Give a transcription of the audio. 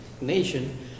nation